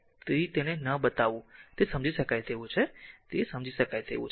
તેથી તેને ન બતાવવું તે સમજી શકાય તેવું છે તે સમજી શકાય તેવું છે